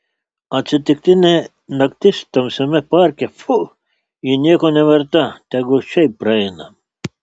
atsitiktinė naktis tamsiame parke pfu ji nieko neverta tegu šiaip praeina